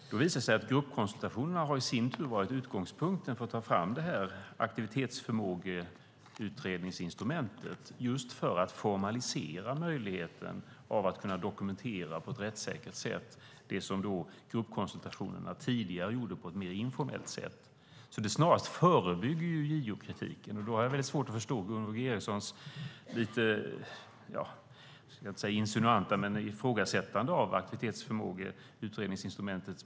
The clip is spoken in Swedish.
Det har visat sig att gruppkonsultationerna i sin tur har varit utgångspunkten för att ta fram instrumentet för utredning av aktivitetsförmåga. Det handlar om att formalisera möjligheten att k dokumentera på ett rättssäkert sätt det som gruppkonsultationerna tidigare gjorde på ett mer informellt sett. Det snarast förebygger JO-kritiken. Jag har väldigt svårt att förstå Gunvor G Ericsons ifrågasättande av potentialen hos instrumentet för aktivitetsförmågeutredning.